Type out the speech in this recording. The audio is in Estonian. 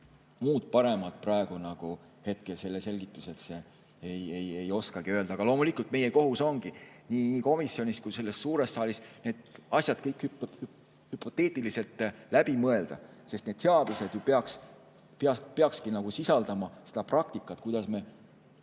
muud paremat praegu nagu hetkel selle selgituseks ei oskagi öelda. Aga loomulikult, meie kohus ongi nii komisjonis kui ka suures saalis need asjad kõik hüpoteetiliselt läbi mõelda, sest need seadused ju peakski sisaldama seda praktikat, kuidas asjad